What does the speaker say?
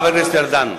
חבר הכנסת ארדן.